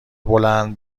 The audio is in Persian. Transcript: بلند